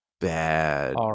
bad